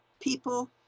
people